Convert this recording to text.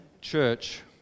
church